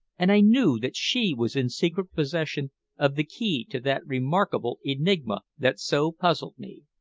and i knew that she was in secret possession of the key to that remarkable enigma that so puzzled me.